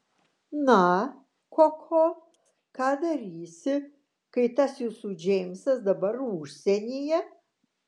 na koko ką darysi kai tas jūsų džeimsas dabar užsienyje